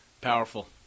Powerful